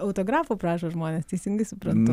autografų prašo žmonės teisingai suprantu